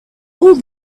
all